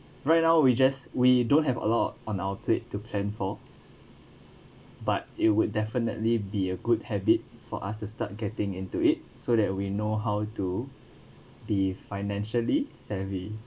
right now we just we don't have a lot on our plate to plan for but it would definitely be a good habit for us to start getting into it so that we know how to be financially savvy